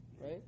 right